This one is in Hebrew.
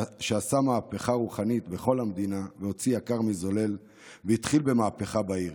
שעשה מהפכה רוחנית בכל המדינה והוציא יקר מזולל והתחיל במהפכה בעיר